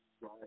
right